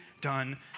done